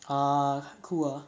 ah cool ah